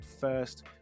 first